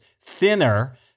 thinner